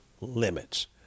limits